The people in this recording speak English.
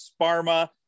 sparma